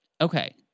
Okay